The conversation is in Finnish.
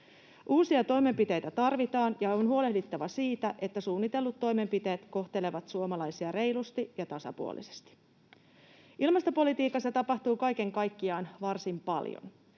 Uusia toimenpiteitä tarvitaan ja on huolehdittava siitä, että suunnitellut toimenpiteet kohtelevat suomalaisia reilusti ja tasapuolisesti. Ilmastopolitiikassa tapahtuu kaiken kaikkiaan varsin paljon.